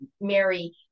Mary